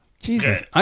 Jesus